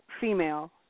female